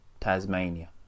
Tasmania